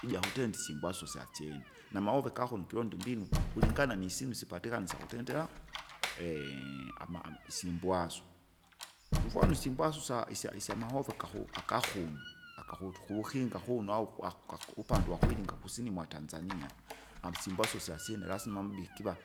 Ijakutenda isimbwasu syasyene, namaoveka kuno kuonda imbinu, kulingana nisyinu sipatikana syakutindira? ama- ama isimbwasu, mfwano isimbwasu sa isya- isyamahoveka ku- akakumu, akaku tukuvukinga kuno au ukwa- ukaku upande wakwiringa kusini mwa Tanzani. Amsimbasu syasyene lasima mubikiva,